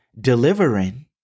delivering